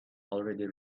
already